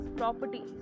property